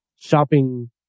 shopping